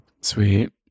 sweet